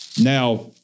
Now